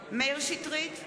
מאיר שטרית,